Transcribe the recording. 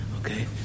okay